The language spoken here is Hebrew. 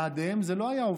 בלעדיהם זה לא היה עובר,